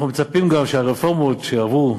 אנחנו מצפים גם שהרפורמות שיעברו,